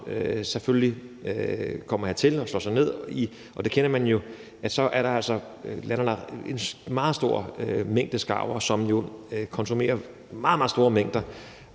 selvfølgelig kommer hertil og slår sig ned. Så der er altså en meget stor mængde skarver, som jo konsumerer meget, meget store mængder